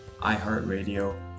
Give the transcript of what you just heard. iHeartRadio